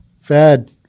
Fed